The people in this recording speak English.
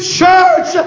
church